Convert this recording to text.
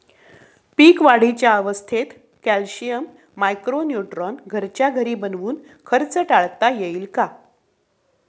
पीक वाढीच्या अवस्थेत calcium, micro nutrient घरच्या घरी बनवून खर्च टाळता येईल का?